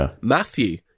Matthew